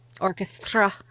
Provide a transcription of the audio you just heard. orchestra